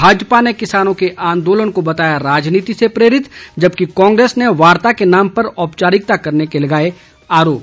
भाजपा ने किसानों के आंदोलन को बताया राजनीति से प्रेरित बताया जबकि कांग्रेस ने वार्ता के नाम पर औपचारिकता करने का लगाया आरोप